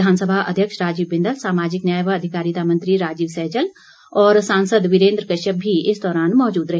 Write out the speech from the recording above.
विधानसभा अध्यक्ष राजीव बिंदल सामाजिक न्याय व अधिकारिता मंत्री राजीव सहजल और सांसद वीरेन्द्र कश्यप भी इस दौरान मौजूद रहे